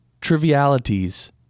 trivialities